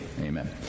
Amen